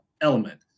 element